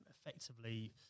effectively